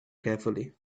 carefully